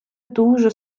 дуже